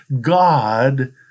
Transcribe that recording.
God